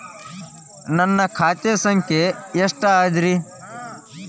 ನನ್ನ ಖಾತೆ ಸಂಖ್ಯೆ ಎಷ್ಟ ಅದರಿ?